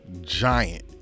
giant